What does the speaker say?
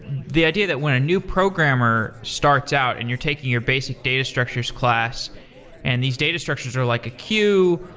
the idea that when a new programmer starts out and you're taking your basic data structures class and these data structures are like a queue,